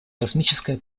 космическое